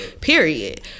period